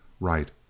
Right